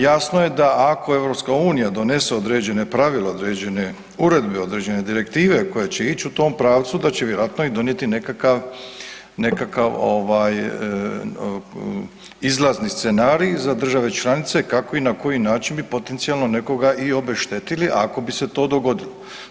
Jasno je da ako Europska unija donese određene pravile, određene uredbe, određene direktive koje će ići u tom pravcu da će vjerojatno donijeti i nekakav izlazni scenarij za države članice kako i na koji način bi potencijalno nekoga i obeštetilo ako bi se to dogodilo.